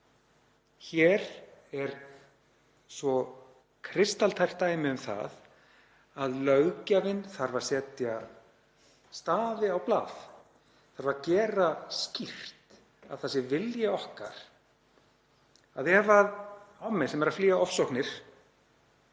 Hér er svo kristaltært dæmi um það að löggjafinn þarf að setja stafi á blað, þarf að gera skýrt að það sé vilji okkar að ef hommi sem er að flýja ofsóknir